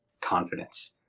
confidence